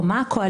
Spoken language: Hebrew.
הכל